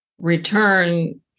return